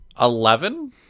Eleven